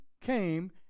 came